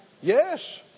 Yes